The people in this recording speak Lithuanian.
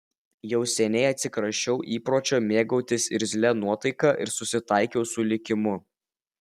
jau seniai atsikračiau įpročio mėgautis irzlia nuotaika ir susitaikiau su likimu